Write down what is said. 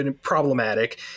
problematic